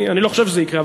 אני לא חושב שזה יקרה,